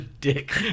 dick